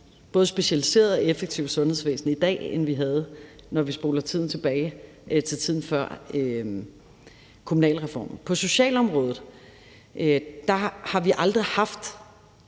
både specialiseret og effektivt sundhedsvæsen i dag, end vi havde, når vi spoler tiden tilbage til tiden før kommunalreformen. På socialområdet har vi aldrig haft